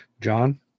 John